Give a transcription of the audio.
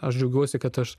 aš džiaugiuosi kad aš